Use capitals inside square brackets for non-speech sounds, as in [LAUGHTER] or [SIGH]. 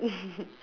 [LAUGHS]